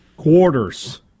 Quarters